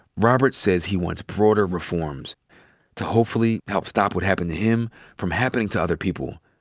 robert says he wants broader reforms to hopefully help stop what happened to him from happening to other people.